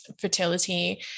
fertility